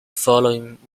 following